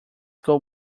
goes